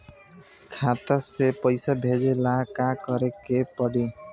खाता से पैसा भेजे ला का करे के पड़ी?